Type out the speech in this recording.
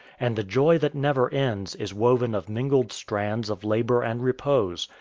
and the joy that never ends is woven of mingled strands of labour and repose,